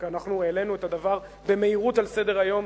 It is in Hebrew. אנחנו העלינו את הדבר במהירות על סדר-היום